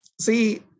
see